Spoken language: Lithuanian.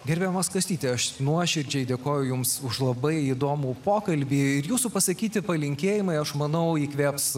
gerbiamas kastyti aš nuoširdžiai dėkoju jums už labai įdomų pokalbį ir jūsų pasakyti palinkėjimai aš manau įkvėps